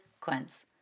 Quince